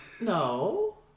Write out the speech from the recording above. No